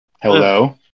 Hello